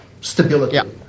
stability